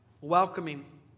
welcoming